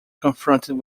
confronted